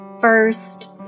first